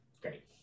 Great